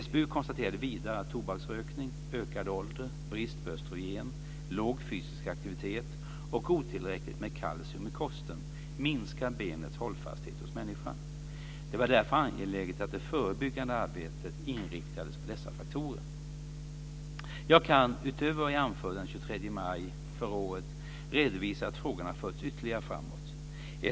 SBU konstaterade vidare att tobaksrökning, ökad ålder, brist på östrogen, låg fysisk aktivitet och otillräckligt med kalcium i kosten minskar benets hållfasthet hos människan. Det var därför angeläget att det förebyggande arbetet inriktades på dessa faktorer. Jag kan, utöver vad jag anförde den 23 maj förra året, redovisa att frågan har förts ytterligare framåt.